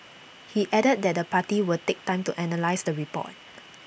he added that the party would take time to analyse the report